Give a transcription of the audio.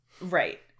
right